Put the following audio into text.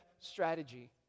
strategy